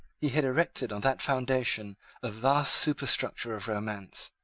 he had erected on that foundation a vast superstructure of romance.